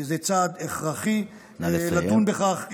זה צעד הכרחי לדון בכך.